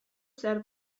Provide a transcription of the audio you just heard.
zer